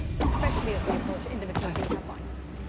especially as we approach individual data points.